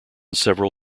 several